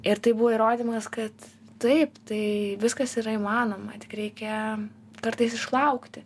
ir tai buvo įrodymas kad taip tai viskas yra įmanoma tik reikia kartais išlaukti